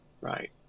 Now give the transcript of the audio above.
right